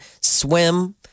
swim